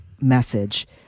message